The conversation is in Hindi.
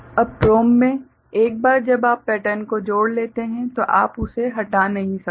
अब PROM में एक बार जब आप पैटर्न को जोड़ लेते हैं तो आप उसे हटा नहीं सकते